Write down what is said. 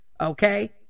Okay